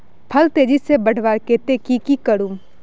फल तेजी से बढ़वार केते की की करूम?